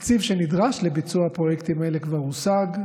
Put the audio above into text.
התקציב שנדרש לביצוע הפרויקטים האלה כבר הושג,